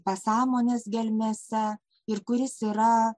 pasąmonės gelmėse ir kuris yra